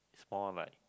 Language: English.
more like